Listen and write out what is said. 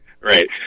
Right